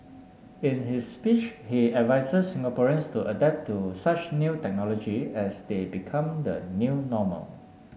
in his speech he advices Singaporeans to adapt to such new technology as they become the new normal